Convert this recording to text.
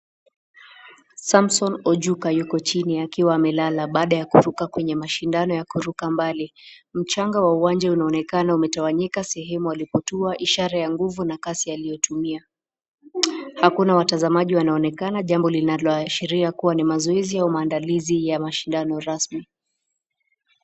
Samson Ojuka yuko chini akiwa amelala baada ya kuruka kwenye mashindano ya kuruka mbali. Mchanga wa uwanja unaonekana umetawanyika sehemu alipotua, ishara ya nguvu na kasi aliyotumia. Hakuna watazamaji wanaoonekana, jambo linaloashiria kuwa ni mazoezi au maandalizi ya mashindano rasmi.